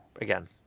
Again